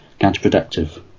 counterproductive